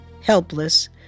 helpless